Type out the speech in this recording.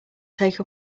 take